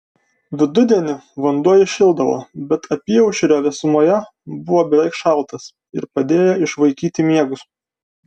vidudienį vanduo įšildavo bet apyaušrio vėsumoje buvo beveik šaltas ir padėjo išvaikyti miegus